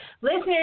listeners